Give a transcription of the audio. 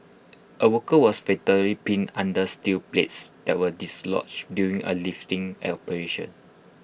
A worker was fatally pinned under steel plates that were dislodged during A lifting operation